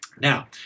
Now